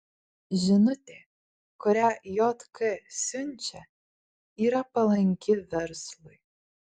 žinutė kurią jk siunčia yra palanki verslui